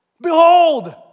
Behold